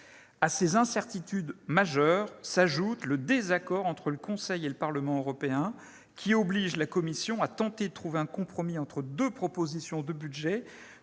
À ces incertitudes majeures s'ajoute le désaccord entre le Conseil et le Parlement européens, qui oblige la Commission à tenter de trouver un compromis entre deux propositions de budget